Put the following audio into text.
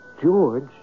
George